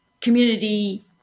community